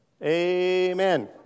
Amen